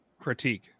Critique